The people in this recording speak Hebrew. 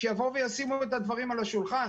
שיבואו וישימו את הדברים על השולחן,